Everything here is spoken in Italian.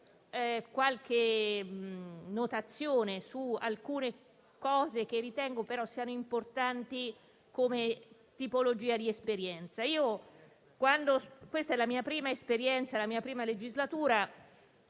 qualche notazione su alcuni punti che ritengo siano importanti come tipologia di esperienza. Questa è la mia prima esperienza parlamentare, la mia prima legislatura,